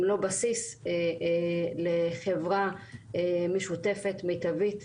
אם לא בסיס, לחברה משותפת, מיטבית,